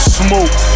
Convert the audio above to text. smoke